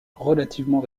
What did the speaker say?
relativement